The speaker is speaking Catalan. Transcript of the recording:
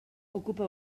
ocupa